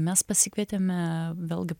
mes pasikvietėme vėlgi